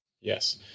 Yes